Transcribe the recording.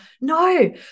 No